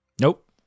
nope